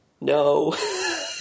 no